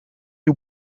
you